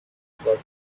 tumbled